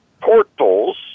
portals